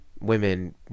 women